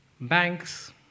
banks